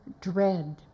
dread